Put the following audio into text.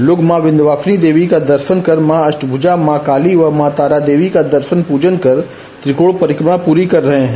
लोग माँ विंध्यवासिनी देवी का दर्शन कर माँ अष्टभूजा माँ काली व माँ तारा देवी का दर्शन पूजन कर त्रिकोण परिक्रमा पूरी कर रहे है